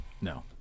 No